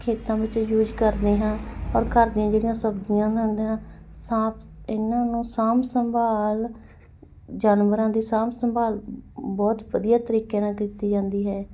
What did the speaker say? ਖੇਤਾਂ ਵਿੱਚ ਯੂਜ ਕਰਦੇ ਹਾਂ ਔਰ ਘਰ ਦੀਆਂ ਜਿਹੜੀਆਂ ਸਬਜ਼ੀਆਂ ਬਣਾਉਂਦੇ ਹਨ ਸਾਫ਼ ਇਹਨਾਂ ਨੂੰ ਸਾਂਭ ਸੰਭਾਲ ਜਾਨਵਰਾਂ ਦੀ ਸਾਂਭ ਸੰਭਾਲ ਬਹੁਤ ਵਧੀਆ ਤਰੀਕੇ ਨਾਲ ਕੀਤੀ ਜਾਂਦੀ ਹੈ